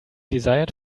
desired